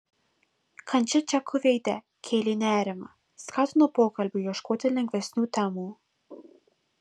kančia džeko veide kėlė nerimą skatino pokalbiui ieškoti lengvesnių temų